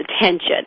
attention